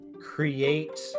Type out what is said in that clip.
create